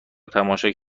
کرد